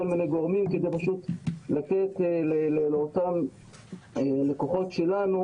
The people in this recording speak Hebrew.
מיני גורמים כדי לתת לאותם לקוחות שלנו,